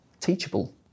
teachable